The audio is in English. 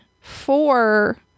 Four